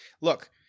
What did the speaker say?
Look